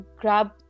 grab